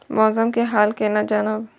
मौसम के हाल केना जानब?